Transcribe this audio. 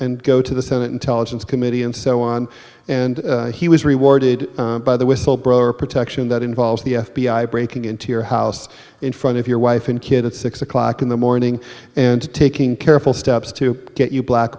and go to the senate intelligence committee and so on and he was rewarded by the whistle blower protection that involves the f b i breaking into your house in front of your wife and kid at six o'clock in the morning and taking careful steps to get you black